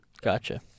gotcha